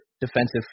defensive